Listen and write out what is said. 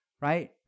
right